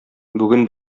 бүген